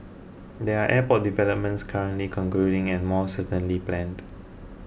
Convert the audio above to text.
there are airport developments currently concluding and more certainly planned